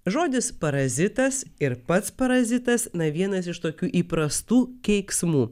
žodis parazitas ir pats parazitas na vienas iš tokių įprastų keiksmų